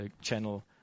channel